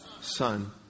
Son